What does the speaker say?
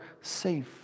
safe